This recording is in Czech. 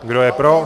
Kdo je pro.